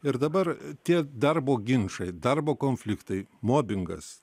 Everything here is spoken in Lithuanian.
ir dabar tie darbo ginčai darbo konfliktai mobingas